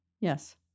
Yes